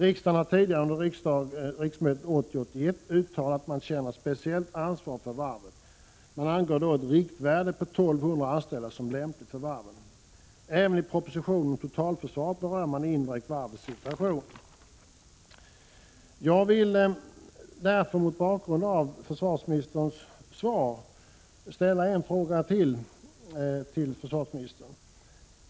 Riksdagen har tidigare, under riksmötet 1980/81, uttalat att man känner ett speciellt ansvar för varven. Då angavs ett riktvärde på 1200 anställda som lämpligt för varven. Även i propositionen om totalförsvaret berörs indirekt varvens situation. Jag vill mot bakgrund av försvarsministerns svar ställa ytterligare en fråga.